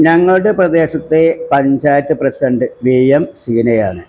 ഞങ്ങളുടെ പ്രദേശത്തെ panchayat president V M സീനയാണ്